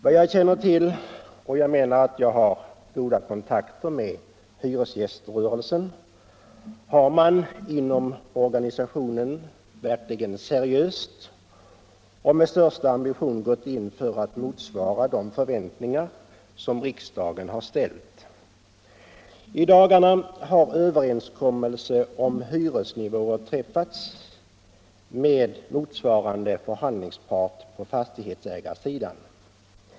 Vad jag känner till — och jag anser att jag har goda kontakter med hyresgäströrelsen — har man inom organisationen verkligen seriöst och med största ambition gått in för att motsvara de förväntningar som riksdagen har ställt på organisationen. I dagarna har överenskommelse om hyresnivåer träffats med motsvarande förhandlingspart på fastighetsägarsidan.